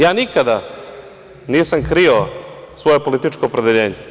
Ja nikada nisam krio svoje političko opredeljenje.